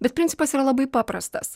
bet principas yra labai paprastas